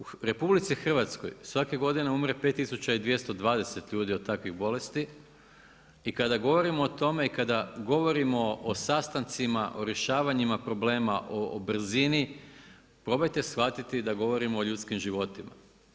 U Republici Hrvatskoj svake godine umre 5220 ljudi od takvih bolesti i kada govorimo o tome i kada govorimo o sastancima, o rješavanjima problema, o brzini probajte shvatiti da govorimo o ljudskim životima.